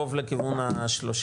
קרוב לכיוון ה-30?